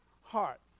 heart